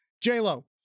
J-Lo